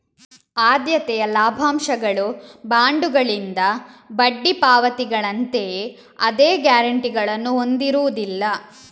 ಆದ್ಯತೆಯ ಲಾಭಾಂಶಗಳು ಬಾಂಡುಗಳಿಂದ ಬಡ್ಡಿ ಪಾವತಿಗಳಂತೆಯೇ ಅದೇ ಗ್ಯಾರಂಟಿಗಳನ್ನು ಹೊಂದಿರುವುದಿಲ್ಲ